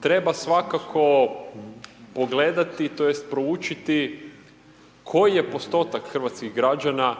treba svakako pogledati, tj. proučiti koji je postotak hrvatskih građana